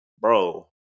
bro